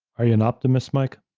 are you an optimist, mike?